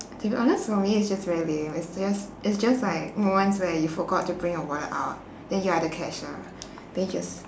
to be honest for me it's just very lame it's just it's just like moments where you forgot to bring your wallet out then you're at the cashier then you just